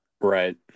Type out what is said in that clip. Right